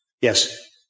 Yes